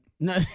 No